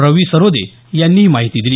रवि सरोदे यांनी ही माहिती दिली